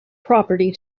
property